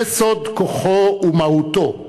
זה סוד כוחו ומהותו,